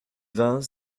vingt